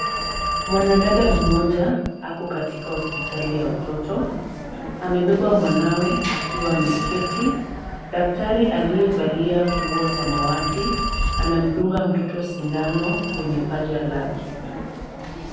Mwanadada mmoja ako katika hospitali ya watoto. Amebeba mwanawe akiwa ameketi. Daktari aliyevalia nguo samawati anamdunga mtoto sindano kwenye paja lake.